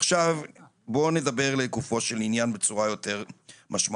עכשיו בוא נדבר לגופו של עניין בצורה יותר משמעותית,